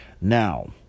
Now